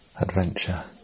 Adventure